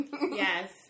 Yes